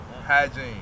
Hygiene